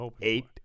Eight